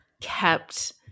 kept